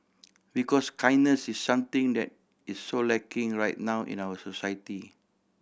because kindness is something that is so lacking right now in our society